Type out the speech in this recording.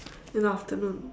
in the afternoon